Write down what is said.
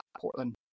Portland